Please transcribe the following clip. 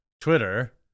Twitter